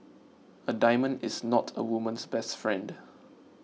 a diamond is not a woman's best friend